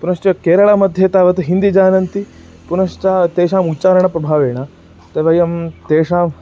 पुनश्च केरळमध्ये तावत् हिन्दी जानन्ति पुनश्च तेषाम् उच्चारणस्य प्रभावेन तदयं तेषाम्